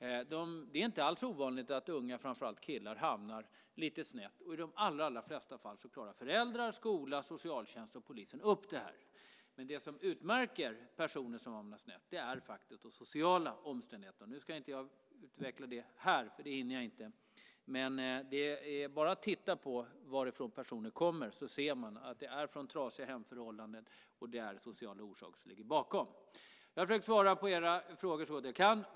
Det är inte alls ovanligt att unga, framför allt killar, hamnar lite snett. I de allra flesta fallen klarar föräldrarna, skolan, socialtjänsten och polisen upp det här. Vad som utmärker personer som hamnar snett är faktiskt de sociala omständigheterna. Jag ska inte utveckla det här, för det hinner jag inte. Men det är bara att titta på varifrån personen i fråga kommer för att se att han eller hon kommer från trasiga hemförhållanden. Det är sociala orsaker som ligger bakom. Jag har så gott jag kan försökt att svara på era frågor.